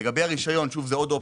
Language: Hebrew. לגבי הרשיון זה עוד אופציה.